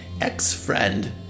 ex-friend